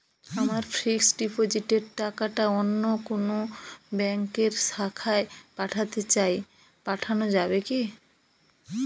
আমার ফিক্সট ডিপোজিটের টাকাটা অন্য কোন ব্যঙ্কের শাখায় পাঠাতে চাই পাঠানো যাবে কি?